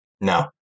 No